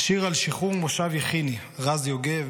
"השיר על שחרור מושב יכיני" רז יוגב,